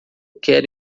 quero